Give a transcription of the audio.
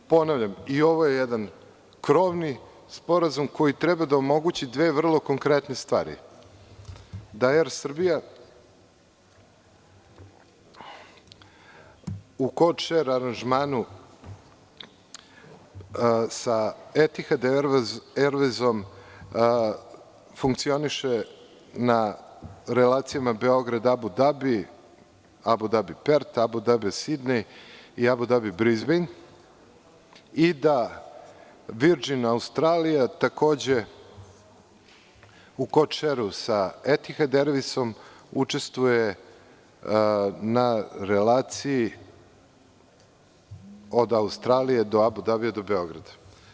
Ponavljam, i ovo je jedan krovni sporazum koji treba da omogući dve vrlo konkretne stvari, da „Er Srbija“ u Kočer aranžmanu sa „Etihad ervejzom“ funkcioniše na relacijama Beograd-Abu Dabi, Abu Dabi-Pert, Abu Dabi-Sidnej i Abu Dabi-Brizbejn i da „Virdžin Australija“ takođe u Kočeru sa „Etihad ervejzom“ učestvuje na relaciji od Australije do Abu Dabija i do Beograda.